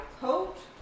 coat